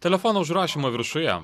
telefono užrašymo viršuje